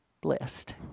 blessed